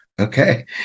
okay